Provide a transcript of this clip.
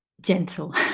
gentle